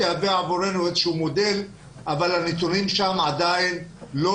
תהווה עבורנו איזשהו מודל אבל הנתונים שם עדיין לא